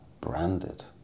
branded